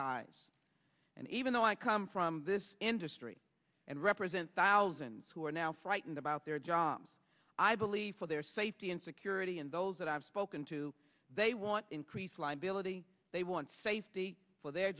dies and even though i come from this industry and represent thousands who are now frightened about their jobs i believe for their safety and security and those that i've spoken to they want increased liability they want safety for their